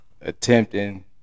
attempting